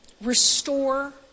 restore